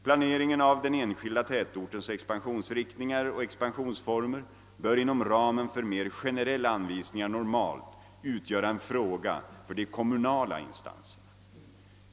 Planeringen av den enskilda tätortens expansionsriktningar och expansionsformer bör inom ramen för mer generella anvisningar normalt utgöra en fråga för de kommunala instanserna.